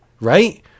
right